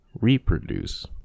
reproduce